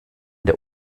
der